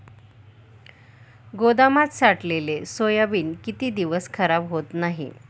गोदामात साठवलेले सोयाबीन किती दिवस खराब होत नाही?